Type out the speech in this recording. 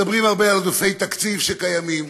מדברים הרבה על נושאי תקציב שקיימים,